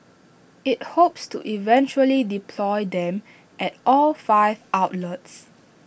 IT hopes to eventually deploy them at all five outlets